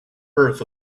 earth